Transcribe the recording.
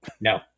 No